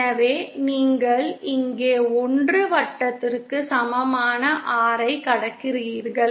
எனவே நீங்கள் இங்கே 1 வட்டத்திற்கு சமமான R ஐ கடக்கிறீர்கள்